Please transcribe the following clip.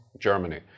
Germany